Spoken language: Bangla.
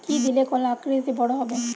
কি দিলে কলা আকৃতিতে বড় হবে?